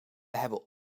hebben